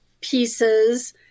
pieces